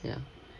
ya